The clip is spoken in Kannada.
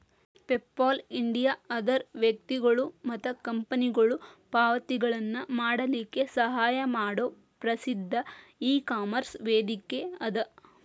ಪೇಪಾಲ್ ಇಂಡಿಯಾ ಅದರ್ ವ್ಯಕ್ತಿಗೊಳು ಮತ್ತ ಕಂಪನಿಗೊಳು ಪಾವತಿಗಳನ್ನ ಮಾಡಲಿಕ್ಕೆ ಸಹಾಯ ಮಾಡೊ ಪ್ರಸಿದ್ಧ ಇಕಾಮರ್ಸ್ ವೇದಿಕೆಅದ